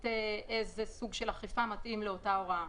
איזה סוג של אכיפה מתאים לאותה הוראה.